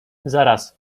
zaraz